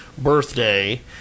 Birthday